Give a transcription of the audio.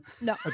No